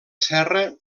serra